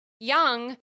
Young